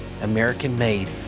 american-made